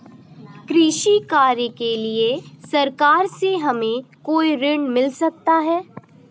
कृषि कार्य के लिए सरकार से हमें कोई ऋण मिल सकता है?